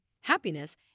happiness